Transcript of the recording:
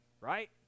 right